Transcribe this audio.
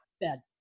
bed